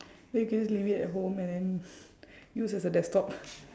then you can just leave it at home and then use as a desktop